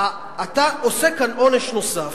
אתה עושה כאן עונש נוסף.